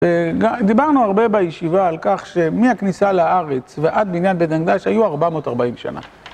דיברנו הרבה בישיבה על כך שמהכניסה לארץ ועד בניין בית המקדש היו 440 שנה.